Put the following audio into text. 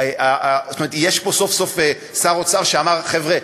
יש פה סוף-סוף שר אוצר שאמר: חבר'ה,